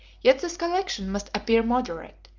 yet this collection must appear moderate,